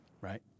Right